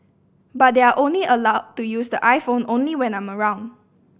but they are only allowed to use the iPhone only when I'm around